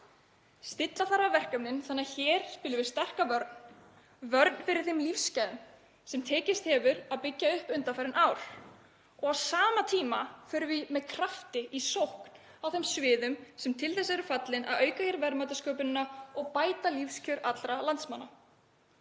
Stilla þarf af verkefnin þannig að hér viljum við sterka vörn, vörn fyrir þau lífsgæði sem tekist hefur að byggja upp undanfarin ár og á sama tíma förum við af krafti í sókn á þeim sviðum sem til þess eru fallin að auka verðmætasköpunina og bæta lífskjör allra landsmanna.